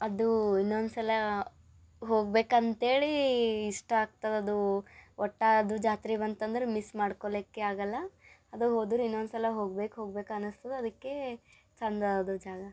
ಅದು ಇನ್ನೊಂದು ಸಲ ಹೋಗ್ಬೇಕಂತ ಹೇಳಿ ಇಷ್ಟ ಆಗ್ತದದು ಒಟ್ಟು ಅದು ಜಾತ್ರೆ ಬಂತಂದರೆ ಮಿಸ್ ಮಾಡ್ಕೊಳ್ಲಿಕ್ಕೆ ಆಗಲ್ಲ ಅದು ಹೋದರ್ ಇನ್ನೊಂದು ಸಲ ಹೋಗ್ಬೇಕು ಹೋಗ್ಬೇಕು ಅನಿಸ್ತದೆ ಅದಕ್ಕೇ ಚಂದ ಅದು ಜಾಗ